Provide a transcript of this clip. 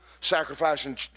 Sacrificing